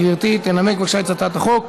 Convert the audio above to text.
גברתי תנמק בבקשה את הצעת החוק